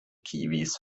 kiwis